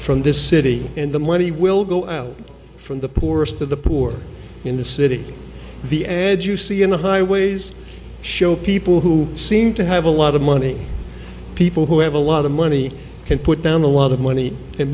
from this city and the money will go out from the poorest of the poor in the city the ads you see in the highways show people who seem to have a lot of money people who have a lot of money can put down a lot of money and